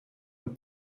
een